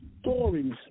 stories